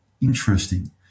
interesting